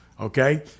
okay